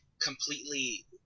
completely